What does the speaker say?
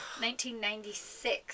1996